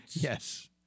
Yes